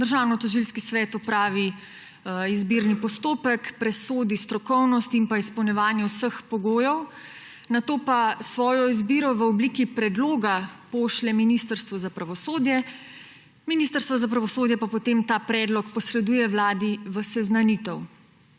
Državnotožilski svet opravi izbirni postopek, presodi strokovnost in izpolnjevanje vseh pogojev, nato pa svojo izbiro v obliki predloga pošlje Ministrstvu za pravosodje, Ministrstvo za pravosodje pa potem ta predlog posreduje Vladi v seznanitev.